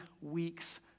weeks